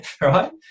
right